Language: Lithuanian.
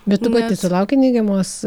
bet tu pati sulaukei neigiamos